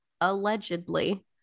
allegedly